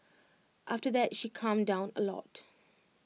after that she calmed down A lot